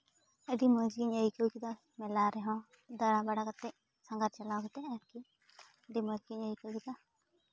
ᱟᱹᱰᱤ ᱢᱚᱡᱽ ᱜᱮᱧ ᱟᱹᱭᱠᱟᱹᱣ ᱠᱮᱫᱟ ᱢᱮᱞᱟ ᱨᱮᱦᱚᱸ ᱫᱟᱬᱟᱼᱵᱟᱲᱟ ᱠᱟᱛᱮ ᱥᱟᱸᱜᱷᱟᱨ ᱪᱟᱞᱟᱣ ᱠᱟᱛᱮ ᱟᱨᱠᱤ ᱟᱹᱰᱤ ᱢᱚᱡᱽ ᱜᱮᱧ ᱟᱹᱭᱠᱟᱹᱣ ᱠᱟᱫᱟ